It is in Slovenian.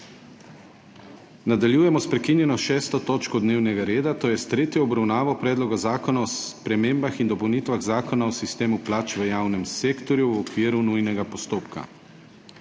Nadaljujemo sprekinjeno 6. točko dnevnega reda – tretja obravnava Predloga zakona o spremembah in dopolnitvah Zakona o sistemu plač v javnem sektorju, v okviru nujnega postopka.